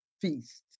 feast